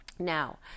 Now